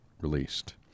released